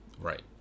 right